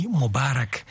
mubarak